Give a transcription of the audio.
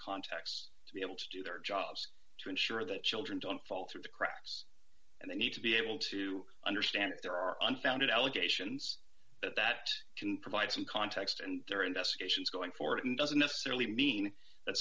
contacts to be able to do their jobs to ensure that children don't fall through the cracks and they need to be able to understand if there are unfounded allegations that can provide some context and there are investigations going forward and doesn't necessarily mean that